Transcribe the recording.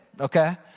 okay